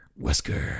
Wesker